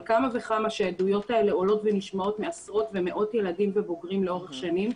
על כמה וכמה שעדויות כאלה נשמעות מעשרות ומאות ילדים לאורך שנים,